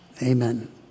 Amen